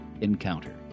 Encounter